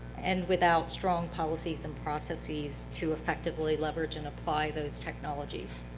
and without strong policies and processes to effectively leverage and apply those technologies.